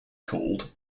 called